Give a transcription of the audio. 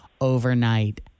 overnight